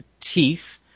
teeth